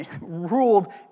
ruled